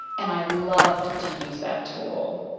and i loved to use that tool.